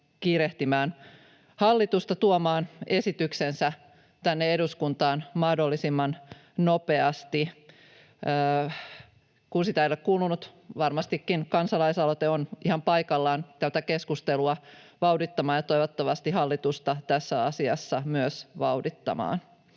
kiirehtimään hallitusta tuomaan esityksensä tänne eduskuntaan mahdollisimman nopeasti. Kun sitä ei ole kuulunut, varmastikin kansalaisaloite on ihan paikallaan tätä keskustelua vauhdittamaan ja toivottavasti myös hallitusta tässä asiassa vauhdittamaan.